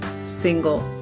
single